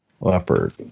Leopard